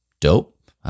Dope